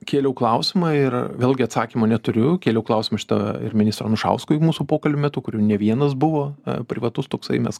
kėliau klausimą ir vėlgi atsakymo neturiu kėliau klausimą šitą ir ministro anušauskui mūsų pokalbių metu kurių ne vienas buvo privatus toksai mes